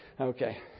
Okay